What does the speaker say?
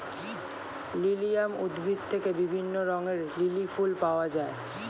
lilium উদ্ভিদ থেকে বিভিন্ন রঙের লিলি ফুল পাওয়া যায়